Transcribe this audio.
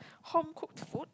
home cooked food